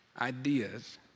ideas